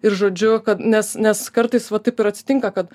ir žodžiu kad nes nes kartais va taip ir atsitinka kad